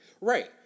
Right